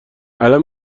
الان